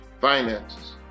finances